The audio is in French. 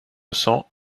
cents